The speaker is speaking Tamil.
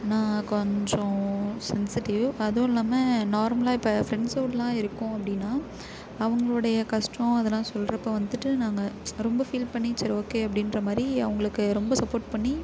நான் கொஞ்சம் சென்சிடிவ் அதுவும் இல்லாமல் நார்மலாக இப்போ ஃப்ரெண்ட்ஸோடலாம் இருக்கோம் அப்படின்னா அவங்களுடைய கஷ்டம் அதெல்லாம் சொல்கிறப்ப வந்துட்டு நாங்கள் ரொம்ப ஃபீல் பண்ணி சரி ஓகே அப்படின்ற மாதிரி அவங்களுக்கு ரொம்ப சப்போர்ட் பண்ணி